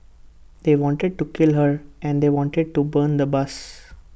they wanted to kill her and they wanted to burn the bus